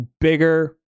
bigger